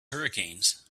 hurricanes